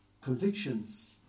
convictions